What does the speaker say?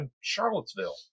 Charlottesville